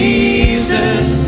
Jesus